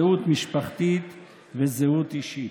זהות משפחתית וזהות אישית.